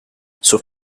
sus